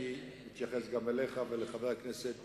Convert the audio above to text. אני אתייחס גם אליך ואל חבר הכנסת